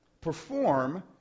Perform